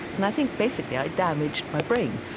and i think basically i damaged my brain.